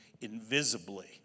invisibly